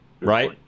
Right